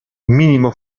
minimo